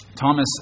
Thomas